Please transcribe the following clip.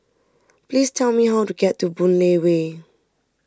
please tell me how to get to Boon Lay Way